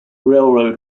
railroad